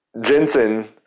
Jensen